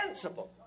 principle